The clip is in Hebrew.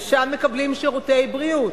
ושם מקבלים שירותי בריאות,